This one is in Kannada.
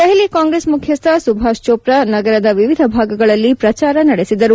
ದೆಹಲಿ ಕಾಂಗ್ರೆಸ್ ಮುಖ್ಯಸ್ಥ ಸುಭಾಷ್ಚೋಪ್ರಾ ನಗರದ ವಿವಿಧ ಭಾಗಗಳಲ್ಲಿ ಪ್ರಚಾರ ನಡೆಸಿದರು